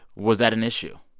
was that an issue?